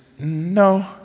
no